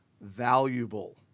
valuable